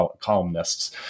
columnists